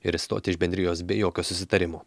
ir išstoti iš bendrijos be jokio susitarimo